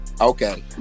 Okay